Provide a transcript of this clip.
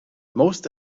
most